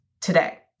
today